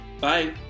bye